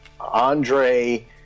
Andre